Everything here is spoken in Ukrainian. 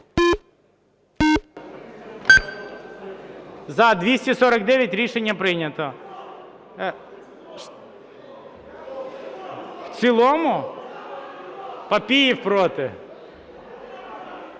За-249 Рішення прийнято. В цілому? Папієв проти.